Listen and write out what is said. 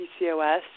PCOS